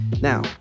Now